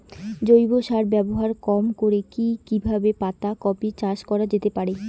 জৈব সার ব্যবহার কম করে কি কিভাবে পাতা কপি চাষ করা যেতে পারে?